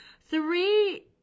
three